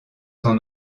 sans